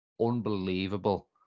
unbelievable